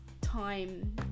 time